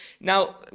now